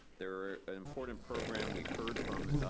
they're an important program. we've heard from